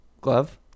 Glove